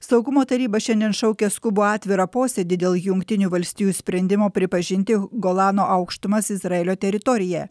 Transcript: saugumo taryba šiandien šaukia skubų atvirą posėdį dėl jungtinių valstijų sprendimo pripažinti golano aukštumas izraelio teritorija